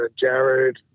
Jared